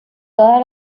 todas